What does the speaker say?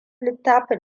littafin